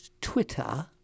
Twitter